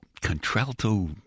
contralto